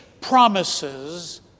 promises